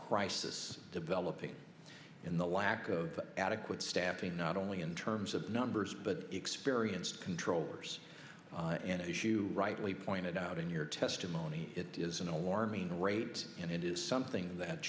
crisis developing in the lack of adequate staffing not only in terms of numbers but experienced controllers an issue rightly pointed out in your testimony it is an alarming rate and it is something that